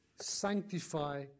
Sanctify